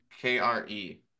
k-r-e